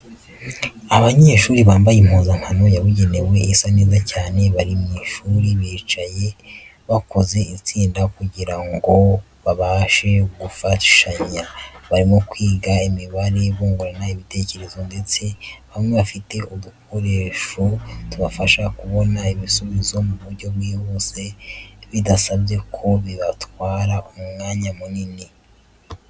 Abanyeshuri bambaye impuzankano yabugenewe isa neza cyane bari mu ishuri bicaye bakoze itsinda kugira ngo babashe gufashanya, barimo kwiga imibare bungurana ibitekerezo ndetse bamwe bafite udukoresha tubafasha kubona ibisubizo mu buryo bwihuse bidasabye ko bibatwara umwanya munini.